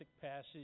passage